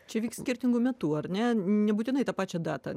čia vyks skirtingu metu ar ne nebūtinai tą pačią datą